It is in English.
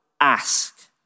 ask